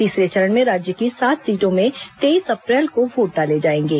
तीसरे चरण में राज्य की सात सीटों में तेईस अप्रैल को वोट डाले जाएंगे